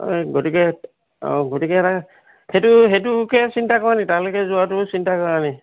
অঁ এই গতিকে অঁ গতিকে এটা সেইটো সেইটোকে চিন্তা কৰানি তালৈকে যোৱাটো চিন্তা কৰানি